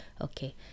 okay